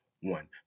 one